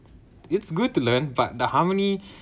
it's good to learn but the harmony